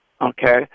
okay